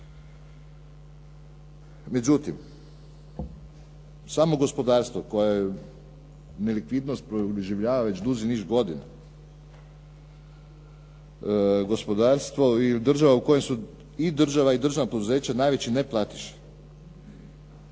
Međutim, samo gospodarstvo koje nelikvidnost proživljava već duži niz godina, gospodarstvo i država u kojoj su i država i državna poduzeća najveći neplatiše.